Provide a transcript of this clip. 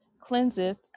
cleanseth